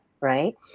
Right